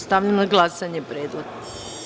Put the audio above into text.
Stavljam na glasanje predlog.